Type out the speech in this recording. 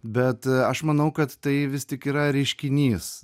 bet aš manau kad tai vis tik yra reiškinys